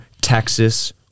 Texas